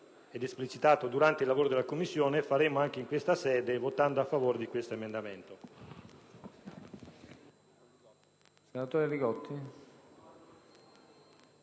ed esplicitato durante i lavori della Commissione, anche in questa sede voteremo a favore dell'emendamento.